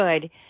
good